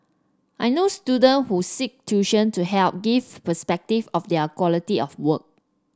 I know student who seek tuition to help give perspective of their quality of work